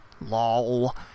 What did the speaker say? lol